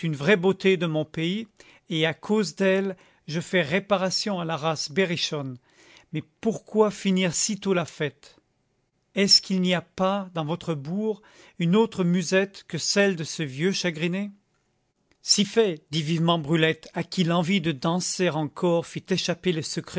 une vraie beauté de mon pays et à cause d'elle je fais réparation à la race berrichonne mais pourquoi finir sitôt la fête est-ce qu'il n'y a pas dans votre bourg une autre musette que celle de ce vieux chagriné si fait dit vivement brulette à qui l'envie de danser encore fit échapper le